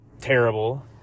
terrible